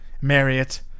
Marriott